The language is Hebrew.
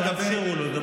תאפשרו לו לדבר.